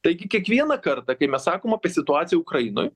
taigi kiekvieną kartą kai mes sakom apie situaciją ukrainoj